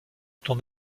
ton